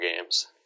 games